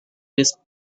risk